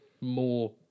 more